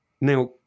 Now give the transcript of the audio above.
Now